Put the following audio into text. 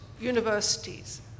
universities